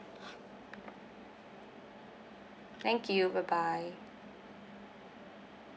thank you bye bye